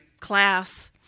class